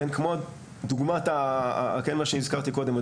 כמו מה שהזכרתי קודם,